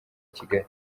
kigali